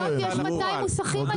בסוף יש 200 מוסכים,